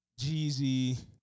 Jeezy